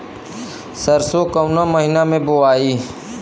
सरसो काउना महीना मे बोआई?